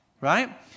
Right